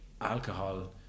alcohol